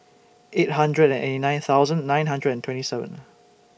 eight hundred and eighty nine thousand nine hundred and twenty seven